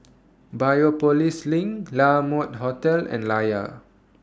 Biopolis LINK La Mode Hotel and Layar